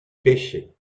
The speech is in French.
pêchait